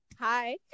Hi